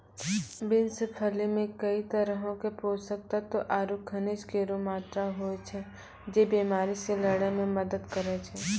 beans फली मे कई तरहो क पोषक तत्व आरु खनिज केरो मात्रा होय छै, जे बीमारी से लड़ै म मदद करै छै